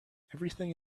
everything